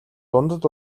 дундад